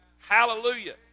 Hallelujah